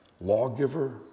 lawgiver